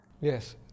Yes